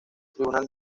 tribunal